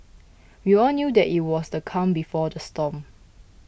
we all knew that it was the calm before the storm